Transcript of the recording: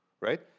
right